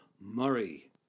murray